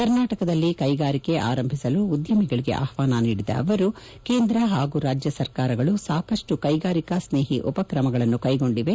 ಕರ್ನಾಟಕದಲ್ಲಿ ಕೈಗಾರಿಕೆ ಆರಂಭಿಸಲು ಉದ್ದಮಿಗಳಿಗೆ ಆಹ್ವಾನ ನೀಡಿದ ಅವರು ಕೇಂದ್ರ ಹಾಗೂ ರಾಜ್ಯ ಸರ್ಕಾರಗಳು ಸಾಕಷ್ಟು ಕೈಗಾರಿಕಾ ಸ್ನೇಹಿ ಉಪಕ್ರಮಗಳನ್ನು ಕೈಗೊಂಡಿದೆ